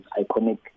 iconic